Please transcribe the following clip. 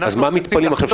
מאחר וזה חוק